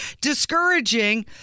discouraging